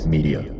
Media